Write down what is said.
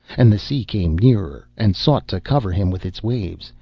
and the sea came nearer, and sought to cover him with its waves,